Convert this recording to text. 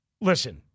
Listen